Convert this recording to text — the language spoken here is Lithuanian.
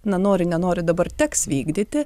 na nori nenori dabar teks vykdyti